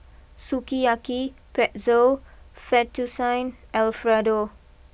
Sukiyaki Pretzel Fettuccine Alfredo